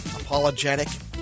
apologetic